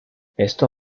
esto